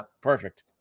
Perfect